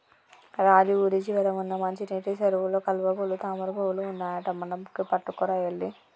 రాజు ఊరి చివర వున్న మంచినీటి సెరువులో కలువపూలు తామరపువులు ఉన్నాయట మనకి పట్టుకురా ఎల్లి